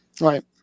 Right